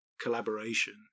collaboration